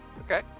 Okay